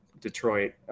Detroit